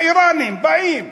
האיראנים באים,